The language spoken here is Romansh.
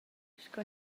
sco